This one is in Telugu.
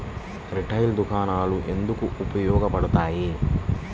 రిటైల్ దుకాణాలు ఎందుకు ఉపయోగ పడతాయి?